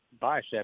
bicep